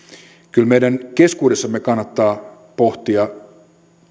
kyllä meidän keskuudessamme kannattaa pohtia